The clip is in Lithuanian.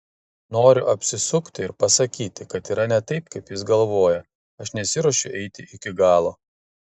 noriu apsisukti ir pasakyti kad yra ne taip kaip jis galvoja aš nesiruošiu eiti iki galo